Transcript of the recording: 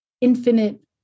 infinite